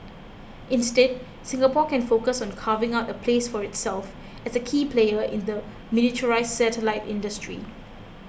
instead Singapore can focus on carving out a place for itself as a key player in the miniaturised satellite industry